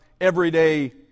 everyday